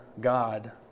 God